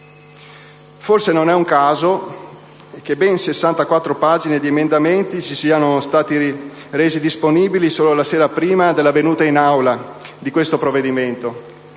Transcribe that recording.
Forse non è un caso che ben 64 pagine di emendamenti siano stati resi disponibili solo la sera prima dell'arrivo in Aula di questo provvedimento,